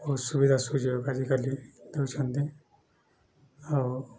ଅସୁବିଧା ସୁଯୋଗ ଆଜିକାଲି ଦେଉଛନ୍ତି ଆଉ